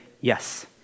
yes